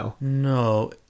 no